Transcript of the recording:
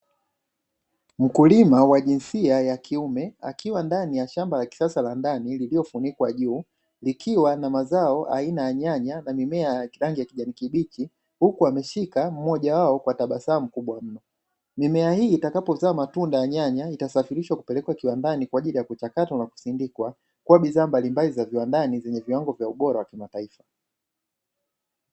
Mkulima wa jinsia ya kiume, akiwa ndani ya shamba la kisasa la ndani lililofunikwa juu, likiwa na mazao aina ya nyanya na mimea ya rangi ya kijani kibichi, huku ameshika mmoja wao kwa tabasamu kubwa mno. Mimea hii itakapozaa matunda ya nyanya, itasafirishwa kupelekwa kiwandani kwa ajili ya kuchakatwa na kusindikwa kuwa bidhaa mbalimbali za viwandani zenye viwango vya ubora wa kimataifa.